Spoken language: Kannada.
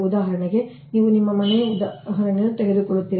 ಉದಾಹರಣೆಗೆ ನೀವು ನಿಮ್ಮ ಮನೆಯ ಉದಾಹರಣೆಯನ್ನು ತೆಗೆದುಕೊಳ್ಳುತ್ತೀರಿ